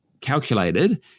calculated